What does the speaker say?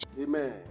Amen